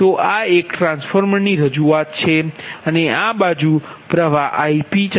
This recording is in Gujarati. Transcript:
તો આ એક ટ્રાન્સફોર્મર રજૂઆત છે અને આ બાજુ પ્ર્વાહ Ip ચાલે છે અને આ બાજુ Iq